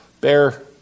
bear